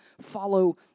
follow